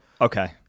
okay